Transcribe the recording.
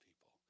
people